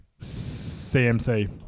CMC